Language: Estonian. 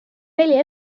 neli